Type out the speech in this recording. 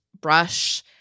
brush